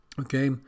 okay